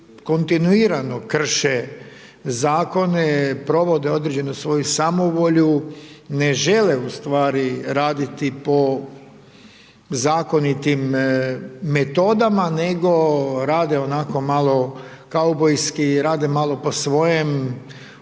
kontinuirano krše zakone, provode određeno svoju samovolju, ne žele ustvari raditi po zakonitim metodama, nego rade onako malo kaubojski, rade malo po svojem od